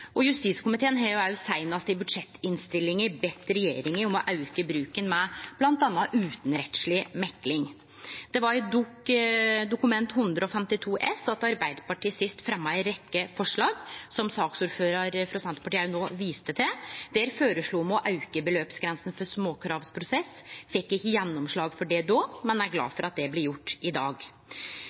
Justiskomiteen har seinast i budsjettinnstillinga bedt regjeringa om å auke bruken av bl.a. utanrettsleg mekling. Det var i Representantforslag 152 S for 2017–2018 at Arbeidarpartiet sist fremja ei rekkje forslag, som saksordføraren frå Senterpartiet viste til. Der føreslo me å auke beløpsgrensa for småkravsprosess. Me fekk ikkje gjennomslag for det då, men er glade for at det blir gjort i dag.